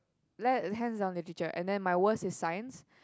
like hands on literature and then my worst is science